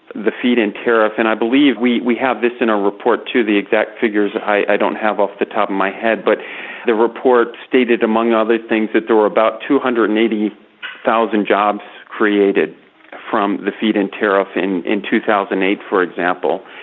the feed-in tariff and i believe we we have this in a report too the exact figures i don't have off the top of my head, but the report stated among other things that there were about two hundred and eighty thousand jobs created from the feed-in tariff in in two thousand and eight, for example.